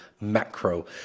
macro